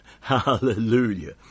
Hallelujah